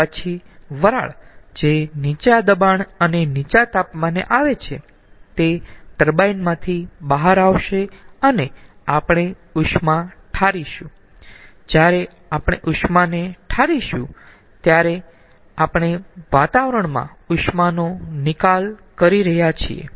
પછી વરાળ જે નીચા દબાણ અને નીચા તાપમાને આવે છે તે ટર્બાઇન માંથી બહાર આવશે અને આપણે ઉષ્માને ઢારીશું જ્યારે આપણે ઉષ્માને ઢારીશું ત્યારે આપણે વાતાવરણમાં ઉષ્માનો નિકાલ કરી રહ્યા છીએ